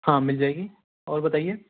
ہاں مِل جائے گی اور بتائیے